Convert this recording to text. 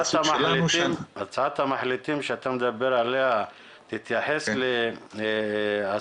הצעת המחליטים שאתה מדבר עליה תתייחס להשמת